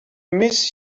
miss